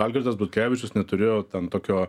algirdas butkevičius neturėjo ten tokio